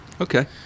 Okay